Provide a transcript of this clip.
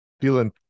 feeling